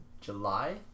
july